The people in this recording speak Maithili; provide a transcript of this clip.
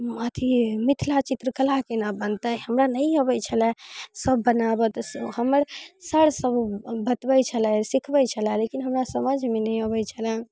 अथी मिथिला चित्रकला केना बनतै हमरा नहि अबै छलै सब बनाबऽ तऽ हमर सर सेहो बतबै छलथि सीखबै छलथि लेकिन हमरा समझमे नहि अबै छलै